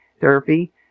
therapy